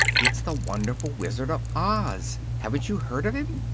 it's the wonderful wizard of oz. haven't you heard of him?